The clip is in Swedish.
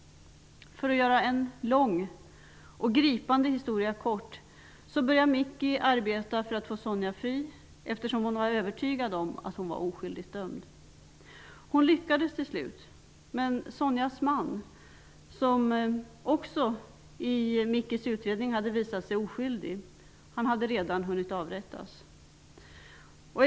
För att göra en lång och gripande historia kort kan jag säga att Micki började arbeta för att få Sonia fri, eftersom hon var övertygad om att hon var oskydligt dömd. Hon lyckades till slut, men Sonias man -- som också visade sig vara oskyldig, enligt Mickis utredning -- hade redan hunnit avrättas.